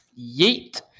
Yeet